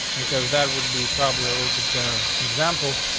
because that would be probably a little bit better example.